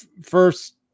first